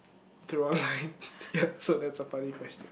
through online yeap so that's a funny question